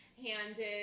handed